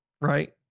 right